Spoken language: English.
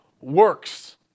works